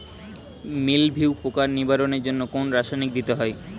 মিলভিউ পোকার নিবারণের জন্য কোন রাসায়নিক দিতে হয়?